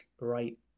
right